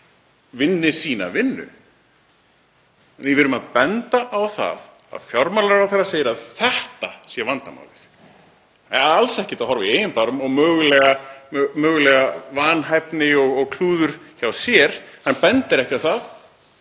vinni sína vinnu. Við erum að benda á það að fjármálaráðherra segir að þetta sé vandamálið. Hann lítur alls ekki í eigin barm á mögulega vanhæfni og klúður hjá sér. Hann bendir ekki á það.